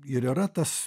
ir yra tas